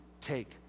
take